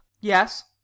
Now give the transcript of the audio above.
yes